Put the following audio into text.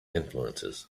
influences